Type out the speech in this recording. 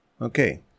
Okay